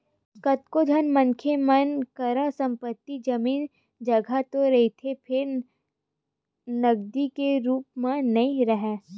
कतको झन मनखे मन करा संपत्ति, जमीन, जघा तो रहिथे फेर नगदी के रुप म नइ राहय